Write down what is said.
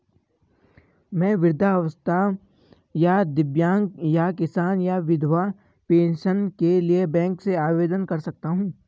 मैं वृद्धावस्था या दिव्यांग या किसान या विधवा पेंशन के लिए बैंक से आवेदन कर सकता हूँ?